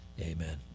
amen